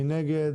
מי נגד?